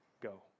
go